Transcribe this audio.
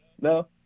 No